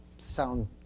sound